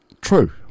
True